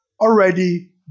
already